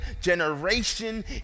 generation